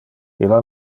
illa